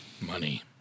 Money